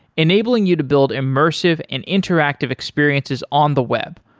enabling you to build immersive and interactive experiences on the web,